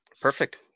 Perfect